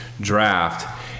draft